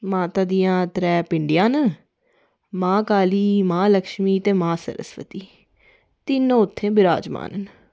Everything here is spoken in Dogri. माता दियां त्रै पिंडियां न मां काली मां लक्षमीं ते मां सरस्वती तीनो उत्थै विराजमान न